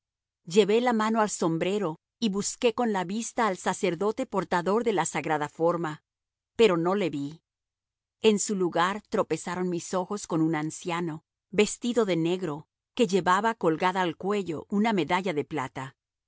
llevé la mano al sombrero y busqué con la vista al sacerdote portador de la sagrada forma pero no le vi en su lugar tropezaron mis ojos con un anciano vestido de negro que llevaba colgada al cuello una medalla de plata